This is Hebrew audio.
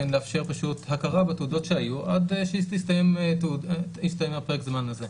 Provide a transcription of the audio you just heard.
לאפשר פשוט הכרה בתעודות שהיו עד שיסתיים הפרק זמן הזה.